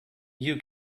you